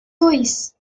ulls